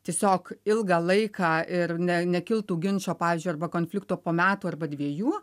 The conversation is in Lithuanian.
tiesiog ilgą laiką ir ne nekiltų ginčo pavyzdžiui arba konflikto po metų arba dviejų